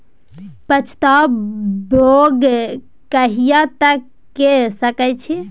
पछात बौग कहिया तक के सकै छी?